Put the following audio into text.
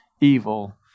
evil